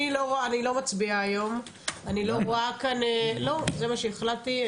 לא, אני לא מצביעה היום, זה מה שהחלטתי.